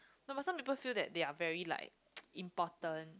no but some people feel that they are very like important